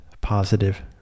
positive